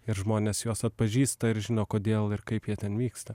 ir žmonės juos atpažįsta ir žino kodėl ir kaip jie ten vyksta